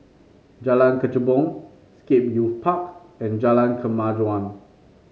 Jalan Kechubong Scape Youth Park and Jalan Kemajuan